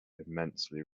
immensely